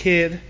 Kid